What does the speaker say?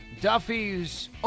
Duffy's